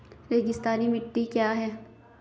रेगिस्तानी मिट्टी क्या है?